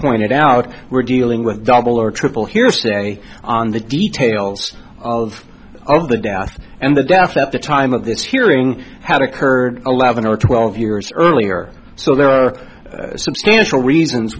pointed out we're dealing with double or triple hearsay on the details of all of the death and the death at the time of this hearing had occurred eleven or twelve years earlier so there are substantial reasons